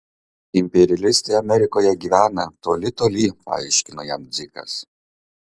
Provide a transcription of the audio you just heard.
imperialistai amerikoje gyvena toli toli paaiškino jam dzikas